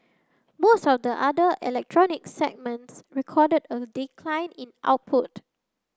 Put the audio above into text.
most of the other electronic segments recorded a decline in output